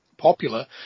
popular